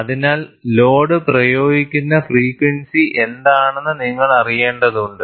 അതിനാൽ ലോഡ് പ്രയോഗിക്കുന്ന ഫ്രീക്വൻസി എന്താണെന്ന് നിങ്ങൾ അറിയേണ്ടതുണ്ട്